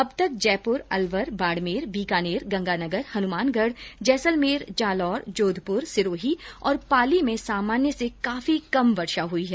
अब तक जयपुर अलवर बाडमेर बीकानेर गंगानगर हनुमानगढ जैसलमेर जालौर जोधपुर सिरोही और पाली में सामान्य से काफी कम वर्षा हुई है